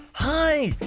hi.